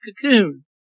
cocoon